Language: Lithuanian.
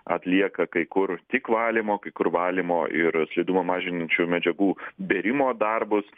atlieka kai kur tik valymo kai kur valymo ir slidumą mažinančių medžiagų bėrimo darbus